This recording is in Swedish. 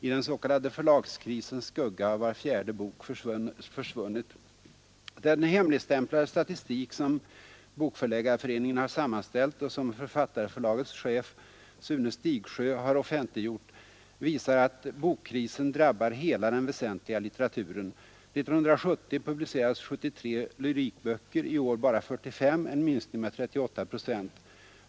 I den s.k. förlagskrisens skugga har var fjärde bok försvunnit. Den hemligstämplade statistik, som Bokförläggarföreningen har sammanställt och som Författarförlagets chef Sune Stigsjöö har offentliggjort, visar att bokkrisen drabbar hela den väsentliga litteraturen. 1970 publicerades 73 lyrikböcker, i år bara 45 — en minskning med 38 procent.